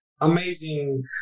amazing